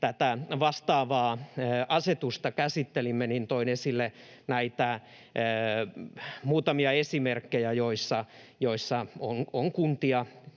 tätä vastaavaa asetusta käsittelimme, toin esille näitä muutamia esimerkkejä kunnista,